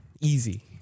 easy